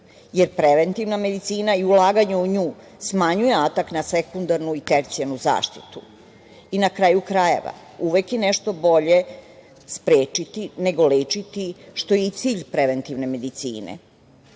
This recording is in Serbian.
jer preventivna medicina i ulaganje u nju smanjuje atak na sekundarnu i tercijalnu zaštitu. Na kraju krajeva, uvek je nešto bolje sprečiti nego lečiti, što je i cilj preventivne medicine. Druga